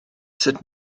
sut